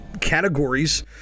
categories